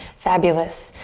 fabulous.